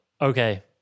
Okay